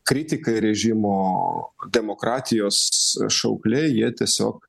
kritikai režimo demokratijos šaukliai jie tiesiog